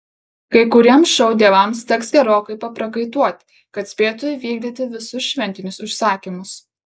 kai kuriems šou dievams teks gerokai paprakaituoti kad spėtų įvykdyti visus šventinius užsakymus